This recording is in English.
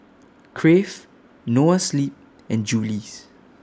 Crave Noa Sleep and Julie's